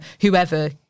whoever